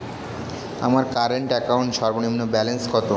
আমার current account সর্বনিম্ন balance কত?